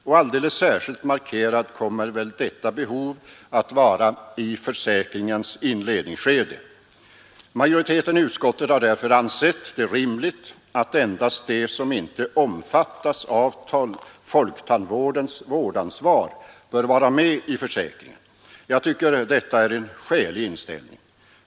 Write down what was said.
Och alldeles särskilt markerat kommer väl detta behov att vara i försäkringens inledningsskede. Majoriteten i utskottet har därför ansett det rimligt att endast de som inte omfattas av folktandvårdens vårdansvar bör vara med i försäkringen. Jag tycker detta är en skälig inställning.